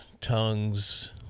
tongues